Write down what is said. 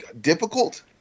difficult